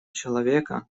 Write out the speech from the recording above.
человека